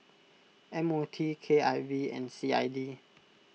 M O T K I V and C I D